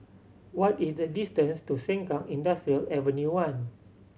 what is the distance to Sengkang Industrial Avenue One